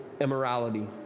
immorality